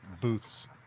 booths